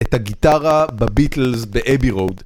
את הגיטרה בביטלס ב-abbey road